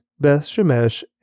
Beth-Shemesh